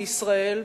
בישראל,